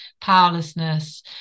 powerlessness